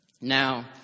Now